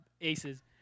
aces